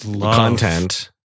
content